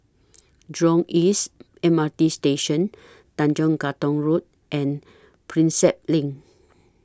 Jurong East M R T Station Tanjong Katong Road and Prinsep LINK